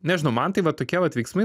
nežinau man tai va tokie vat veiksmai